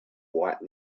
white